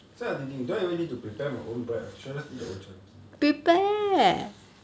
so I thinking do I even need to prepare my own bread or should I just eat the old chang kee